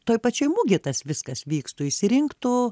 toj pačioj mugėje tas viskas vykstų išsirinktų